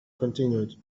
continued